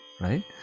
right